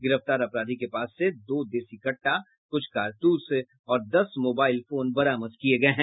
गिरफ्तार अपराधी के पास से दो देशी कट्टा कुछ कारतूस और दस मोबाइल फोन बरामद किये गये हैं